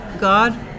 God